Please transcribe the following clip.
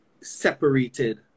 separated